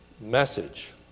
message